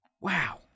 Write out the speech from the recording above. Wow